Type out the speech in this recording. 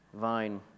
vine